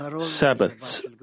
Sabbaths